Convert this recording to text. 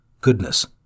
goodness